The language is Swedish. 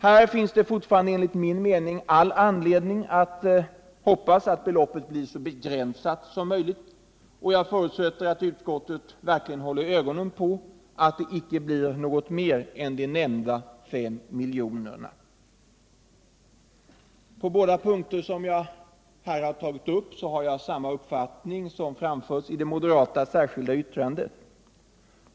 Här finns det fortfarande enligt min mening all anledning att hoppas att beloppet blir så begränsat som möjligt, och jag förutsätter att utskottet verkligen håller ögonen på att det icke blir något mer än de nämnda fem miljonerna. På båda de punkter som jag här har tagit upp har jag samma uppfattning som framförts i det moderata särskilda yttrandet.